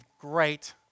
great